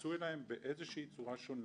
ויתייחסו אליהם בצורה שונה,